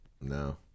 No